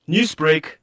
Newsbreak